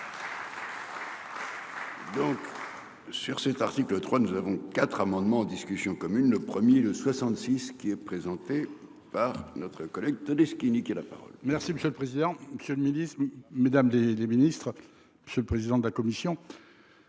Sur cet article 3, nous avons quatre amendements en discussion commune le 1er 66 qui est présenté par notre collègue Todeschini qui est la parole. Merci monsieur le président, Monsieur le Ministre Mesdames des des ministres ce le président de la commission.